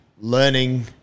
learning